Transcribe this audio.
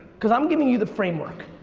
cause i'm giving you the framework.